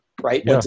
right